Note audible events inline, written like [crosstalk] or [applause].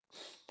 [noise]